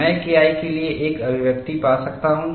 मैं KI के लिए एक अभिव्यक्ति पा सकता हूं